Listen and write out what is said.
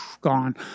Gone